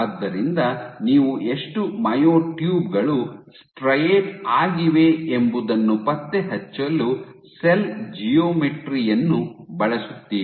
ಆದ್ದರಿಂದ ನೀವು ಎಷ್ಟು ಮೈಯೊಟ್ಯೂಬ್ ಗಳು ಸ್ಟ್ರೈಯೆಟ್ ಆಗಿವೆ ಎಂಬುದನ್ನು ಪತ್ತೆಹಚ್ಚಲು ಸೆಲ್ ಜಿಯೋಮೆಟ್ರಿ ಯನ್ನು ಬಳಸುತ್ತೀರಿ